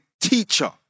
teacher